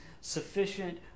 Sufficient